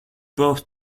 both